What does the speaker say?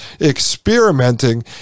experimenting